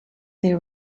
their